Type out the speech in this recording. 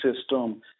system